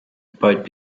boat